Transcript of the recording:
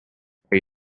are